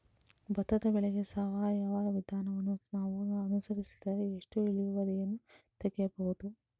ಭತ್ತದ ಬೆಳೆಗೆ ಸಾವಯವ ವಿಧಾನವನ್ನು ನಾವು ಅನುಸರಿಸಿದರೆ ಎಷ್ಟು ಇಳುವರಿಯನ್ನು ತೆಗೆಯಬಹುದು?